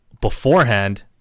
beforehand